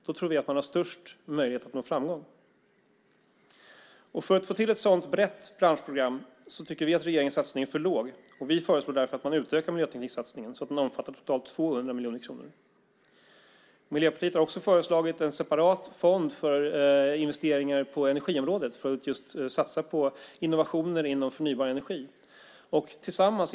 Då är det störst möjlighet att nå framgång. För att få till stånd ett sådant brett branschprogram tycker vi att regeringens satsning är för låg. Vi föreslår därför att man utökar miljötekniksatsningen så att den omfattar totalt 200 miljoner kronor. Miljöpartiet har också föreslagit en separat fond för investeringar på energiområdet för att satsa på innovationer inom förnybar energi.